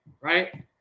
right